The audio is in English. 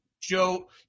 Joe